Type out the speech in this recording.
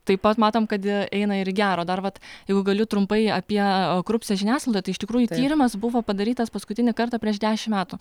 taip pat matom kad jie eina ir į gera dar vat jeigu galiu trumpai apie korupciją žiniasklaidoje tai iš tikrųjų tyrimas buvo padarytas paskutinį kartą prieš dešimt metų